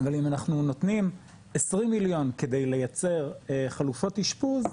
אבל אם אנחנו נותנים 20 מיליון כדי לייצר חלופות אשפוז,